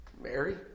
Mary